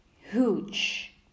huge